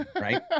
right